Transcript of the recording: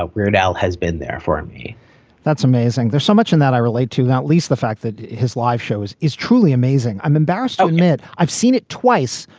ah weird. al has been there for me that's amazing. there's so much in that i relate to, not least the fact that his live shows is truly amazing. i'm embarrassed to admit i've seen it twice,